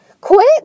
Quit